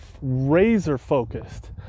razor-focused